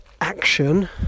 action